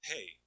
Hey